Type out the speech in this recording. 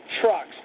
trucks